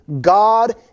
God